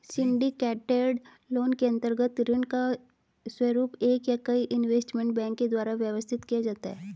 syndicated loan के अंतर्गत ऋण का स्वरूप एक या कई इन्वेस्टमेंट बैंक के द्वारा व्यवस्थित किया जाता है